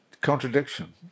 contradiction